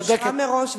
אושרה מראש,